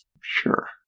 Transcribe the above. Sure